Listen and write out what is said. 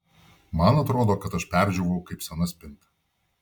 man atrodo kad aš perdžiūvau kaip sena spinta